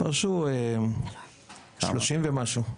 פרשו שלושים ומשהו,